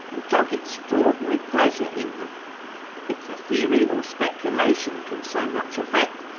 and took extraordinary pleasure in them if the theory or speculation can so much affect,